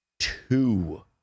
Two